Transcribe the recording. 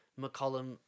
McCollum